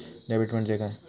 Debit म्हणजे काय?